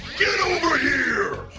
get over here!